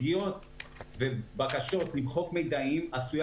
פגיעות ובקשות למחוק מידעים עשויים